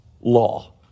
Law